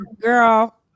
girl